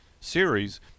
series